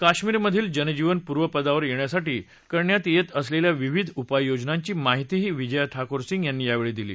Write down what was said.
काश्मिरमधील जनजीवन पूर्वपदावर यख्यासाठी करण्यात यस्तीअसलख्या विविध उपाययोजनांची माहितीही विजय ठाकूर सिंग यांनी त्यांना दिली